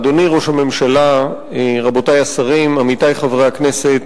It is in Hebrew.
אדוני ראש הממשלה, רבותי השרים, עמיתי חברי הכנסת,